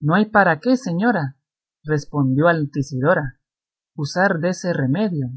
no hay para qué señora respondió altisidora usar dese remedio